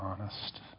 honest